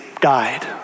died